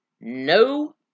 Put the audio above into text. no